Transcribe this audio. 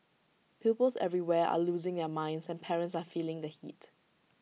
pupils everywhere are losing their minds and parents are feeling the heat